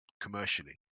commercially